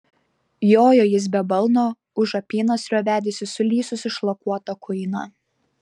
jojo jis be balno už apynasrio vedėsi sulysusį šlakuotą kuiną